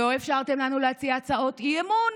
לא אפשרתם לנו להציע הצעות אי-אמון.